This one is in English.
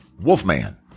Wolfman